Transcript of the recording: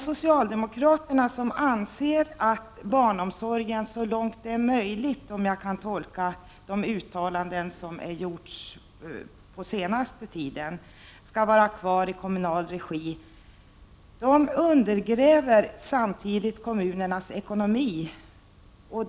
Socialdemokraterna, som anser att barnomsorgen så långt det är möjligt — om jag rätt tolkat de uttalanden som gjorts på senaste tiden — skall vara kvar i kommunal regi, undergräver samtidigt kommunernas ekonomi.